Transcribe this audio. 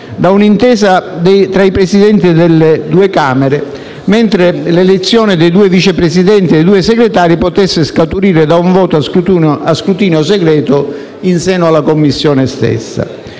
da un'intesa tra i Presidenti delle due Camere, mentre l'elezione dei due Vice Presidenti e dei due Segretari potesse scaturire da un voto a scrutinio segreto in seno alla Commissione stessa.